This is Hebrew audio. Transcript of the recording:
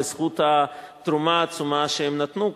בזכות התרומה העצומה שהם נתנו,